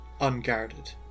unguarded